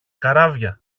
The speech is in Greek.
καράβια